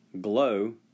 Glow